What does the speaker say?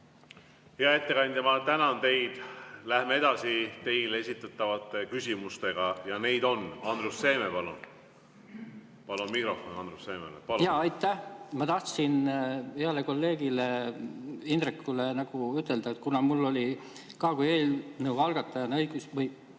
Hea ettekandja, ma tänan teid! Läheme edasi teile esitatavate küsimustega ja neid on. Andrus Seeme, palun! Palun mikrofon Andrus Seemele. Jah, aitäh! Ma tahtsin heale kolleegile Indrekule ütelda, et kuna mul oli ka eelnõu algatajana õigus või